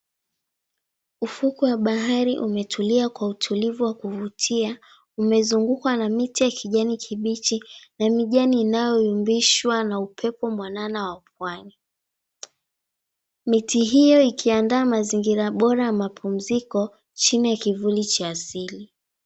Ufukwe wa bahari umetulia kwa utulivu wa kuvutia. Umezungukwa na miti ya kijani kibichi na mijani inayoyumbishwa na upepo mwanana wa pwani miti hio ikiandaa mazingira bora ya mapumziko chini ya kivuli cha asili.